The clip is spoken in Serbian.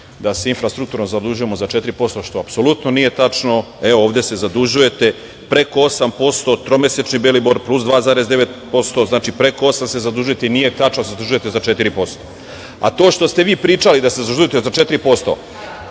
da se infrastrukturno zadužujemo za 4% što apsolutno nije tačno. Ovde se zadužujete preko 8%, tromesečni belibor, plus 2,9%. Znači preko 8% se zadužiti. Nije tačno da se zadužujete za 4%.To što ste vi pričali da se zadužujete za 4%,